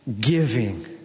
giving